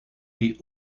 die